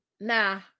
Nah